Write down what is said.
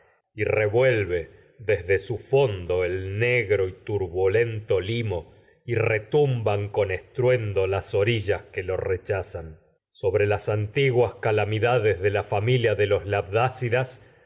y revuelve retumban desde fondo el negro turbulento limo que con estruendo las orillas lo rechazan sobre las antiguas veo calamidades caen cesar de la familia de los